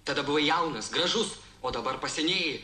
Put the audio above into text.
tada buvai jaunas gražus o dabar pasenėjai